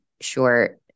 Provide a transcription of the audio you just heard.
short